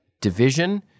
division